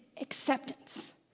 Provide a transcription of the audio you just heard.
acceptance